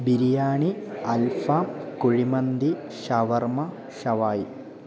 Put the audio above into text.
ബിരിയാണി അൽഫാം കുഴിമന്തി ഷവർമ്മ ഷവായി